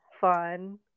fun